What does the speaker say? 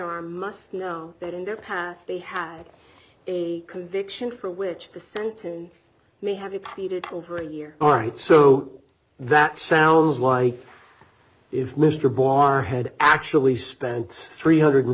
arm must know that in their past they had a conviction for which the sentence may have appreciated over a year all right so that sounds like if mr barr had actually spent three hundred and